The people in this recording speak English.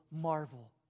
marvel